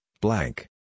blank